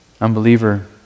Unbeliever